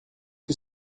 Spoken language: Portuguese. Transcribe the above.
que